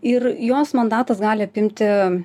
ir jos mandatas gali apimti